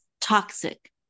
toxic